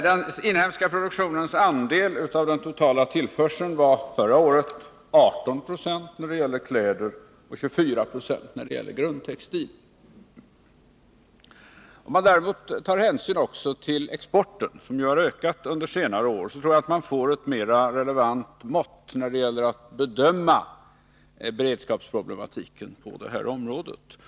Den inhemska produktionens andel av den totala utförseln var förra året 18 20 när det gäller kläder och 24 96 när det gäller grundtextil. Om man däremot tar hänsyn också till exporten, som har ökat under senare år, tror jag att man får ett mera relevant mått när det gäller att bedöma beredskapsproblematiken på detta område.